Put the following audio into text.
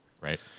Right